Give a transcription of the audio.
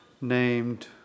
named